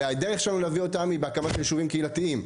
והדרך שלנו להביא אותם היא בהקמת יישובים קהילתיים,